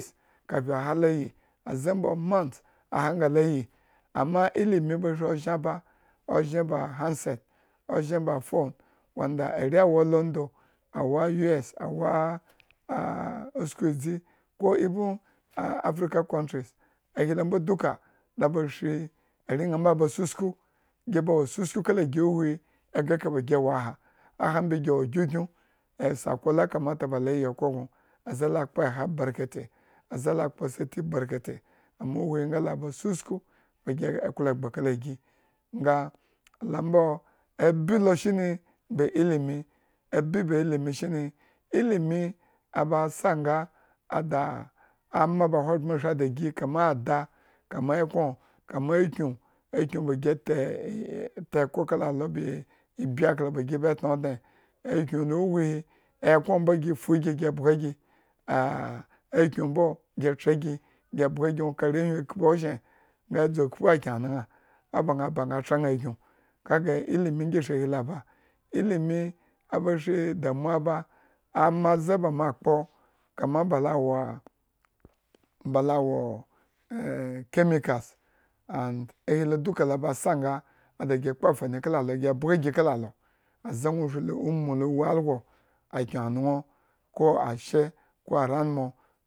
aze mbo month, aha nga layi amma lilmi ba shri ozhen aba. ozhen bahandset, ozhenba phone, wand are lawo london, awo u. S, awoo usku edzi aven ko africa countreis ahi mbo duka la shri are ñaa mbo aba susku, gi ba wo susku kala gi huhwi egre eka bagi iwo aha, ahaa mbi gi wo gyungyun esakola kamata ba la yi okhro gno lakpo eha berkete, aze lakpo sati berkete, amma uwuhi nga la mbo, abii lo shineilimi, ba ilimi, abi ba ilimi shine. ilimi abasa nga adaa ama ba ahogbren shri dagi, kama ada, kama ekño, kama akyuni akyun ba gi e ekhro kala alo be e ibyi akla ba gi tna adne, akyun. huhwi, ekño gifugi kagi, nwo la arewwhi khpu ozhen nga dzokhpu akynreañan aba ña aba nga ña tra ña akyun kaga ilimi ngi shri ahi lo ba, ilimiba shri damuwa ba, ama ze ba kpo kama ba la woo, ba la wo, chemicals and ahe duka lo ba sa nga ada gi kpo amfani kala alo, gi bga gi kala alo, aze nwo shri umu lo wu algo akynre anon ko ashe